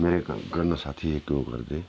मेरे इक कन्नै साथी इक ओह् करदे